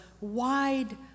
wide